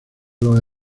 los